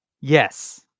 Yes